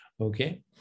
okay